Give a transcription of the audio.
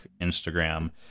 Instagram